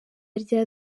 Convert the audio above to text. rya